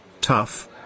Tough